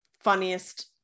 funniest